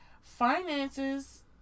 finances